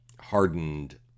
hardened